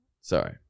Sorry